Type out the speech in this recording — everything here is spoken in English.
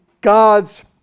God's